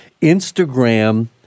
Instagram